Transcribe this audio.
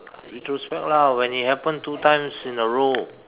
retrospect lah when it happened two times in a row